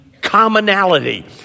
commonality